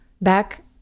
back